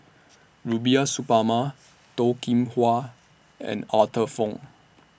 Rubiah Suparman Toh Kim Hwa and Arthur Fong